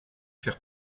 faire